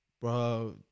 Bro